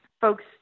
folks